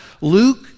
Luke